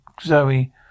Zoe